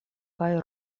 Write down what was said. kaj